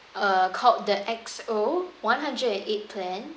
uh called the X_O one hundred and eight plan